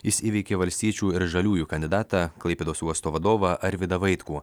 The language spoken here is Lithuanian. jis įveikė valstiečių ir žaliųjų kandidatą klaipėdos uosto vadovą arvydą vaitkų